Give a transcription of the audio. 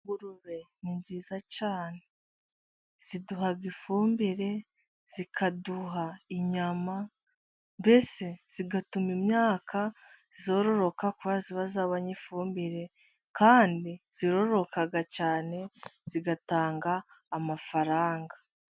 Ingurube ni nziza cyane ziduha ifumbire, zikaduha inyama, mbese zigatuma imyaka yororoka kubera iba yabonye ifumbire. Kandi ziroroka cyane zigatanga amafaranga.